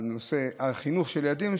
על נושא החינוך של ילדינו,